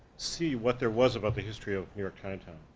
see what there was about the history of new york chinatown.